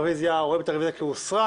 הרביזיה הוסרה.